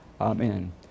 Amen